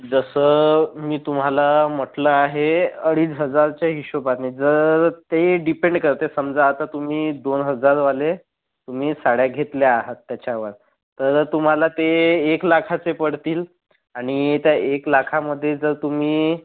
जसं मी तुम्हाला म्हटलं आहे अडीच हजारच्या हिशोबाने जर ते डिपेंड करत आहे समजा आता तुम्ही दोन हजारवाले तुम्ही साड्या घेतल्या आहात त्याच्यावर तर तुम्हाला ते एक लाखाचे पडतील आणि त्या एक लाखामध्ये जर तुम्ही